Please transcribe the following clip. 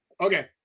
Okay